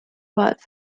what